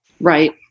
Right